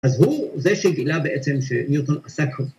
‫אז הוא זה שגילה בעצם ‫שניוטון עסק